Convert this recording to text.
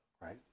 right